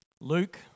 Luke